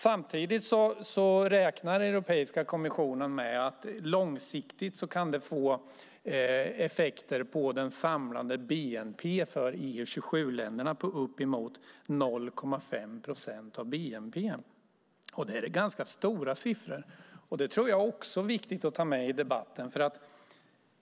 Samtidigt räknar Europeiska kommissionen med att det långsiktigt kan få effekter på den samlade bnp:n för EU 27-länderna på uppemot 0,5 procent. Det är ganska stora siffror. Detta är också viktigt att ta med i debatten.